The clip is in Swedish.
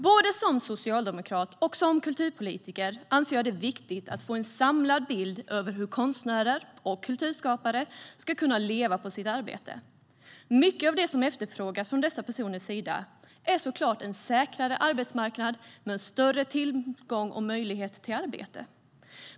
Både som socialdemokrat och som kulturpolitiker anser jag att det är viktigt att få en samlad bild av hur konstnärer och kulturskapare ska kunna leva på sitt arbete. Det som efterfrågas från dessa personers sida är såklart en säkrare arbetsmarknad med större tillgång och möjlighet till arbete.